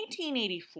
1884